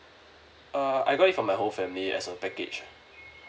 uh I got it for my whole family as a package